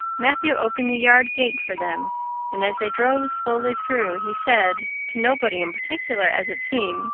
matthew opened the yard gate for them and as they drove slowly through, he said, to nobody in particular as it seemed